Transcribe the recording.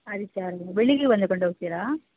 ಆದಿತ್ಯವಾರ ದಿನ ಬೆಳಿಗ್ಗೆ ಬಂದು ಕೊಂಡು ಹೋಗ್ತೀರಾ